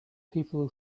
people